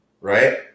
right